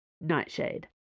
Nightshade